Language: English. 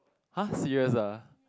!huh! serious ah